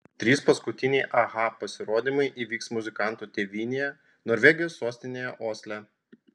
trys paskutiniai aha pasirodymai įvyks muzikantų tėvynėje norvegijos sostinėje osle